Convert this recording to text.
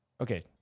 Okay